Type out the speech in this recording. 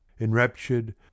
enraptured